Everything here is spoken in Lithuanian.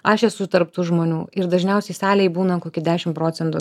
aš esu tarp tų žmonių ir dažniausiai salėj būna koki dešim procentų